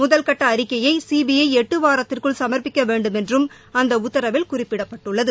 முதல்கட்ட அறிக்கையை சிபிஐ எட்டு வாரத்திற்குள் சம்ப்பிக்க வேண்டுமென்றும் அந்த உத்தரவில் குறிப்பிடப்பட்டுள்ளது